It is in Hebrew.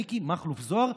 מיקי מכלוף זוהר,